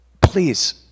please